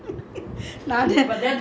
a'ah கிழிஞ்சுது:kizhichuthu